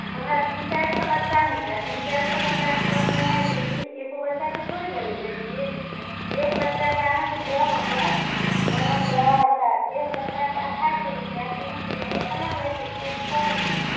हमरा तीन चारि सए बच्चा ने छै तीन चारि सए बच्चाके बनबैनाइ छै की एगो बच्चाके थोड़े बनेबै एक एक बच्चाके अहाँके देब हम बनाय कए तऽ एक बच्चाके अढ़ाइ सए रुपैआ तीन सए रुपैआ अहाँ लै छियै इन्फॉर्मके